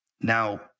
Now